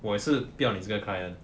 我也是不要你这个 client